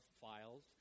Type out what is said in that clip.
files